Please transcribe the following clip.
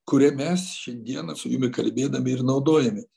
kuria mes šiandieną su jumi kalbėdami ir naudojamės